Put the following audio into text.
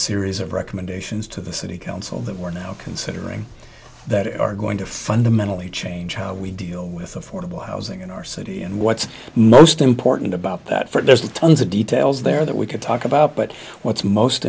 series of recommendations to the city council that we're now considering that are going to fundamentally change how we deal with affordable housing in our city and what's most important about that first there's tons of details there that we could talk about but what's most